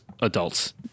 adults